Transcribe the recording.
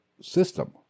system